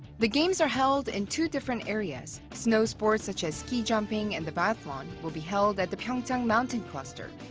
the games are held in two different areas snow sports such as ski jumping and the biathlon will be held at the pyeongchang mountain cluster,